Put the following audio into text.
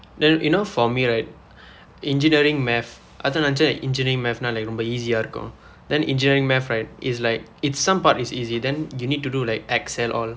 then you know for me right engineering math அதும் நினைத்தேன்:athum ninaiththeen engineering math like ரொம்ப:rompa easy-aa இருக்கும்:irukkum then engineering math right is like it's some part is easy then you need to do like excel all